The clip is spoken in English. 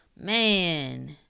Man